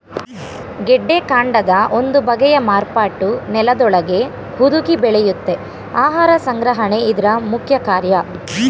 ಗೆಡ್ಡೆಕಾಂಡದ ಒಂದು ಬಗೆಯ ಮಾರ್ಪಾಟು ನೆಲದೊಳಗೇ ಹುದುಗಿ ಬೆಳೆಯುತ್ತೆ ಆಹಾರ ಸಂಗ್ರಹಣೆ ಇದ್ರ ಮುಖ್ಯಕಾರ್ಯ